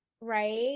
right